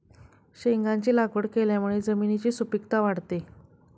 शेंगांची लागवड केल्यामुळे जमिनीची सुपीकता वाढते